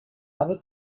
other